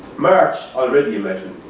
march already you imagine.